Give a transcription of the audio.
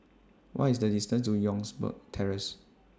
What IS The distance to Youngberg Terrace